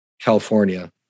California